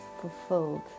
fulfilled